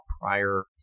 prior